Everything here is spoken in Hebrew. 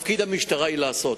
תפקיד המשטרה הוא לעשות,